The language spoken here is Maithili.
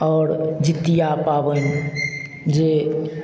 आओर जितिया पाबनि जे